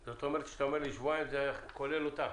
זאת אומרת, כשאתה אומר לי שבועיים זה כולל אותם?